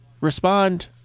respond